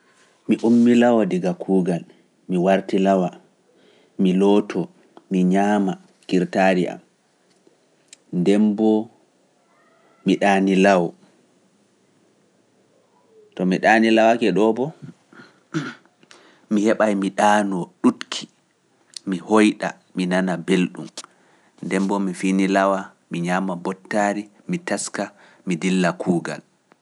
Mi ummilawo daga kuugal, mi wartilawa, mi looto, mi ñaama kirtaari am, nden mboo mi ɗaanilawa. To mi ɗaanilawake ɗoo boo, mi heɓay mi ɗaanoo ɗutki, mi hoyɗa, mi nana belɗum, nden mboo mi finilawa, mi ñaama mbottaari, mi taska, mi dilla kuugal.